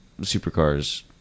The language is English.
supercars